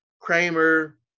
Kramer